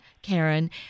Karen